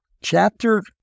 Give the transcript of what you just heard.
Chapter